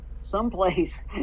someplace